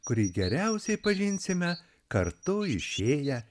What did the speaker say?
kurį geriausiai pažinsime kartu išėję